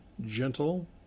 gentle